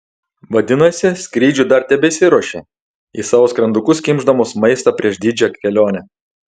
vadinasi skrydžiui dar tebesiruošia į savo skrandukus kimšdamos maistą prieš didžią kelionę